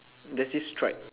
there's this stripe